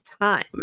time